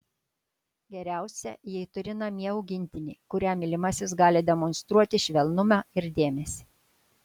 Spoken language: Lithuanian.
geriausia jei turi namie augintinį kuriam mylimasis gali demonstruoti švelnumą ir dėmesį